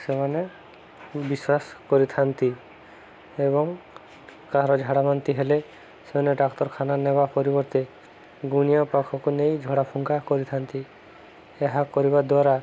ସେମାନେ ବିଶ୍ୱାସ କରିଥାନ୍ତି ଏବଂ କାହାର ଝାଡ଼ା ବାନ୍ତି ହେଲେ ସେମାନେ ଡାକ୍ତରଖାନା ନେବା ପରିବର୍ତ୍ତେ ଗୁଣିିଆ ପାଖକୁ ନେଇ ଝଡ଼ା ଫୁଙ୍କା କରିଥାନ୍ତି ଏହା କରିବା ଦ୍ୱାରା